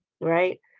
right